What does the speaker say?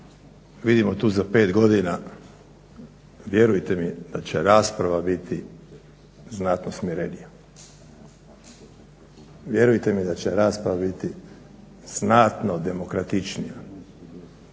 vidimo tu za 5 godina vjerujte mi da će rasprava biti znatno smirenija. Vjerujte mi da će rasprava biti znatno demokratičnija.